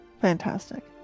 Fantastic